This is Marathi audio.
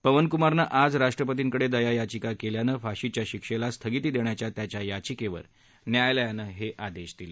पवनकुमारंन आज राष्ट्रपतींकडे दया याचिका केल्यानं फाशीच्या शिक्षेला स्थगिती देण्याच्या त्याच्या याचिकेवर न्यायालयानं हे आदेश दिले